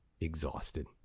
exhausted